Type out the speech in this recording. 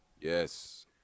Yes